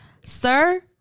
sir